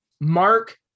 Mark